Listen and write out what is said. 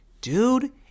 Dude